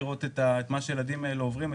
לראות את ההתעללות שהילדים האלה עוברים.